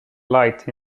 light